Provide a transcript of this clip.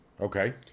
Okay